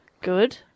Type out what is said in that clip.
Good